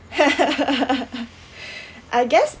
I guess